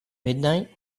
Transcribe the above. midnight